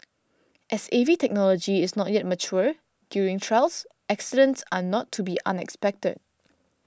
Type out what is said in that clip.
as A V technology is not yet mature during trials accidents are not to be unexpected